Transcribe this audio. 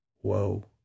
Whoa